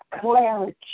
clarity